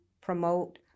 Promote